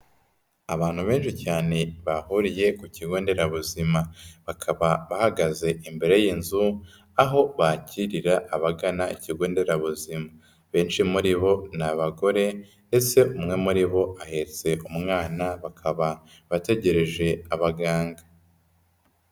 Abantu benshi cyane bahuriye ku kigo nderabuzima, bakaba bahagaze imbere y'inzu aho bakirira abagana ikigo nderabuzima, benshi muri bo ni abagore ese umwe muri bo ahetse umwana bakaba bategereje abaganga.